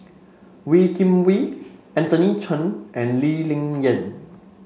Wee Kim Wee Anthony Chen and Lee Ling Yen